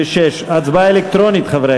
כולל בעמוד 30, עד סעיף 26. הצבעה אלקטרונית, חברי